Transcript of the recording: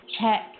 check